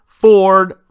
Ford